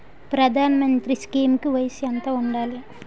ప్రధాన మంత్రి స్కీమ్స్ కి వయసు ఎంత ఉండాలి?